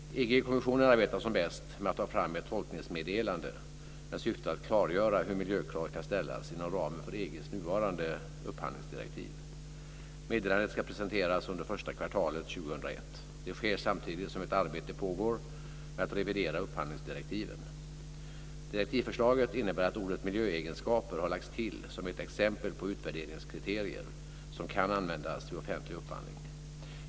EG-kommissionen arbetar som bäst med att ta fram ett tolkningsmeddelande med syfte att klargöra hur miljökrav kan ställas inom ramen för EG:s nuvarande upphandlingsdirektiv. Meddelandet ska presenteras under första kvartalet 2001. Detta sker samtidigt som ett arbete pågår med att revidera upphandlingsdirektiven. Direktivförslaget innebär att ordet miljöegenskaper har lagts till som ett exempel på utvärderingskriterier som kan användas vid offentlig upphandling.